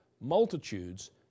multitudes